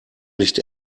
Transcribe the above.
nicht